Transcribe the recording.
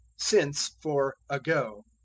since for ago.